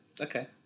Okay